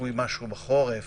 צפוי משהו בחורף